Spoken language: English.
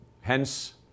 Hence